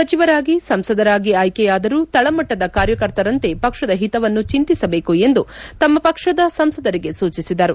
ಸಚಿವರಾಗಿ ಸಂಸದರಾಗಿ ಆಯ್ಲೆಯಾದರೂ ತಳಮಟ್ಟದ ಕಾರ್ಯಕರ್ತರಂತೆ ಪಕ್ಷದ ಪಿತವನ್ನು ಚಿಂತಿಸಬೇಕು ಎಂದು ತಮ್ಮ ಪಕ್ಷದ ಸಂಸದರಿಗೆ ಸೂಚಿಸಿದರು